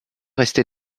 rester